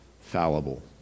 fallible